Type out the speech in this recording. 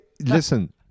listen